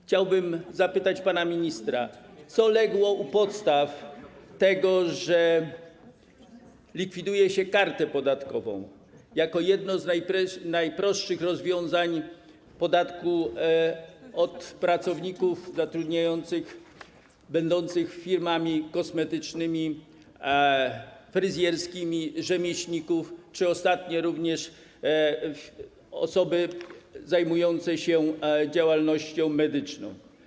Chciałbym zapytać pana ministra, co legło u podstaw tego, że likwiduje się kartę podatkową jako jedno z najprostszych rozwiązań podatkowych dla przedsiębiorców zatrudniających, będących firmami kosmetycznymi, fryzjerskimi, dla rzemieślników czy ostatnio również dla osób zajmujących się działalnością medyczną.